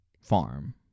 farm